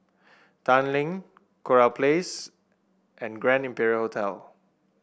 Tanglin Kurau Place and Grand Imperial Hotel